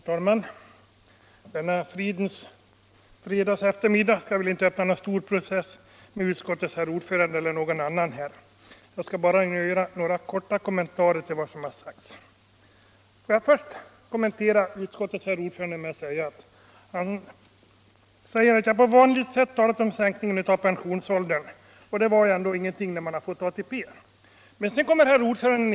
Herr talman! Denna fridens fredagseftermiddag skall jag inte öppna någon stor process med utskottets herr ordförande eller någon annan. Jag skall bara göra några korta kommentarer till vad som har sagts. Utskottets herr ordförande sade att jag på vanligt sätt talat om en sänkning av pensionsåldern och att det inte betyder någonting när vi fått ATP.